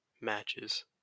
matches